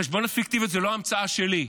חשבוניות פיקטיביות זה לא המצאה שלי,